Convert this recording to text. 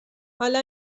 حالا